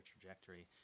trajectory